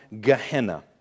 Gehenna